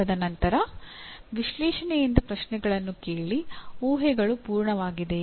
ತದನಂತರ ವಿಶ್ಲೇಷಣೆಯಿಂದ ಪ್ರಶ್ನೆಗಳನ್ನು ಕೇಳಿ ಊಹೆಗಳು ಪೂರ್ಣವಾಗಿದೆಯೇ